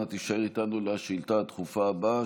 אנא תישאר איתנו לשאילתה הדחופה הבאה,